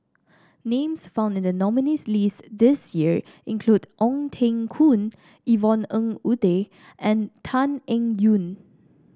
names found in the nominees' list this year include Ong Teng Koon Yvonne Ng Uhde and Tan Eng Yoon